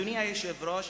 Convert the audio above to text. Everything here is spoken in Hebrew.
אדוני היושב-ראש,